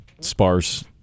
sparse